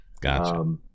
Gotcha